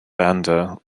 banda